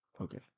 Okay